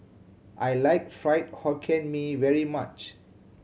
I like Fried Hokkien Mee very much